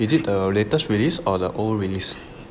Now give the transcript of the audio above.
is it the latest release or the old release